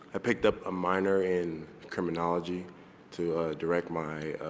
i picked up a minor in criminology to direct my